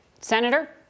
Senator